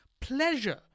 pleasure